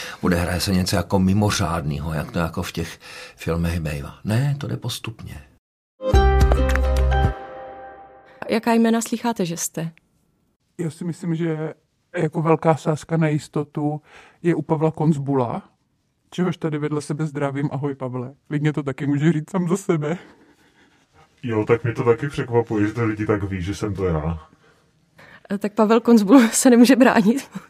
Odehraje se něco jako mimořádnýho, jak to jako v těch filmech bejva. Ne, to jde postupně. A jaká jména slýcháte, že jste? Já si myslím, že jako velká sázka na jistotu je u Pavla Konzbula, čehož tady vedle sebe zdravím. Ahoj, Pavle. Klidně to taky může říct sám za sebe. Jo, tak mě to taky překvapuje, že to lidi tak ví, že jsem to já. E, tak Pavel Konzbul se nemůže bránit.